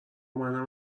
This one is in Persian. منم